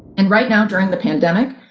and right now during the pandemic,